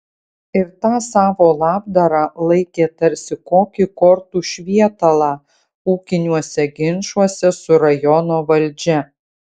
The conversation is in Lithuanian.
ir tą savo labdarą laikė tarsi kokį kortų švietalą ūkiniuose ginčuose su rajono valdžia